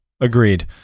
Agreed